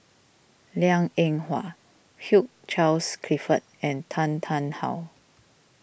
Liang Eng Hwa Hugh Charles Clifford and Tan Tarn How